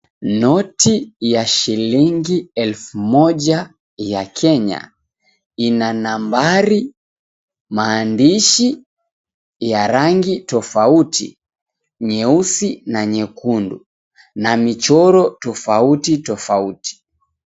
Noti ya shilingi elfu moja ya Kenya ina nambari, maandishi ya rangi tofauti, nyeusi na nyekundu na michoro tofauti tofauti.